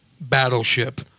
Battleship